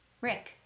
Rick